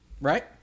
right